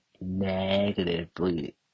negatively